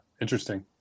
interesting